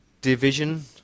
division